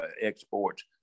exports